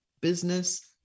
business